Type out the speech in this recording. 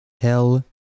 hell